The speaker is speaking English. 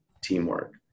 teamwork